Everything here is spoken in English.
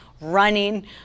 running